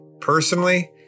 Personally